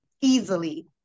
easily